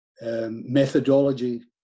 methodology